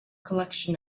collection